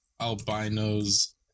albinos